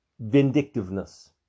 vindictiveness